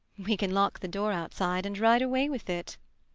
we can lock the dooroutside and ride away with it.